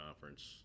conference